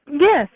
Yes